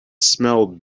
smelled